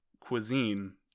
cuisine